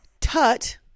Tut